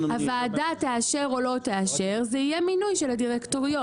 הוועדה תאשר או לא תאשר זה יהיה מינוי של הדירקטוריון.